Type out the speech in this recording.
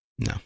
No